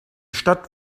stadt